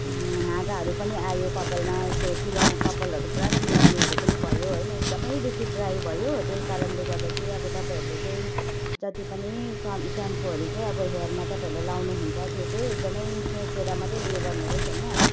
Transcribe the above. हाँगाहरू पनि आयो कपालमा यस्तो चिलाउ कपालहरू पुरा चिलाउनेहरू पनि भयो होइन एकदमै बेसी ड्राई भयो त्यही कारणले गर्दा चाहिँ अब तपाईँहरूले चाहिँ जति पनि स्याम्प स्याम्पूहरू चाहिँ अब हेयरमा तपाईँहरूले लगाउनुहुन्छ त्यो चाहिँ एकदमै सोचेर मात्रै उयो गर्नुहोस् होइन